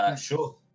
Sure